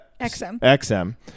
XM